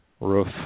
Roof